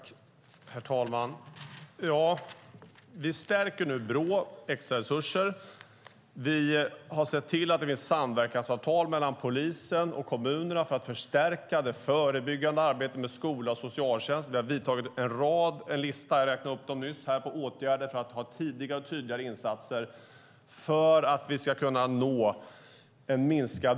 Herr talman! Vi stärker nu Brå som får extra resurser. Vi har sett till att det finns samverkansavtal mellan polisen och kommunerna för att förstärka det förebyggande arbetet med skola och socialtjänst. Vi har vidtagit en rad åtgärder, som jag nyss räknade upp, för att det ska ske tidigare och tydligare insatser för att brottsligheten ska minska.